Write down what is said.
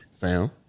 fam